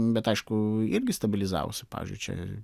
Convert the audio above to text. bet aišku irgi stabilizavosi pavyzdžiui čia